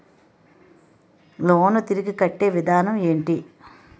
Loan తిరిగి కట్టే విధానం ఎంటి?